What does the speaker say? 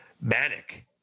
manic